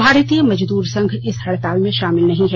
भारतीय मजदूर संघ इस हड़ताल में शामिल नहीं है